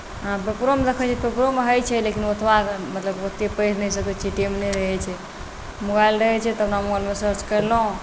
हँ पेपरोमे देखैत छियै पेपरोमे होइत छै लेकिन ओतबा मतलब ओतेक पढ़ि नहि सकैत छियै टाइम नहि रहैत छै मोबाइल रहैत छै तऽ अपना मोबाइलमे सर्च करलहुँ